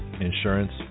insurance